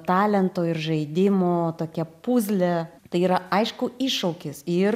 talento ir žaidimo tokia puzlė tai yra aišku iššūkis ir